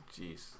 jeez